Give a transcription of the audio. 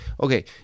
okay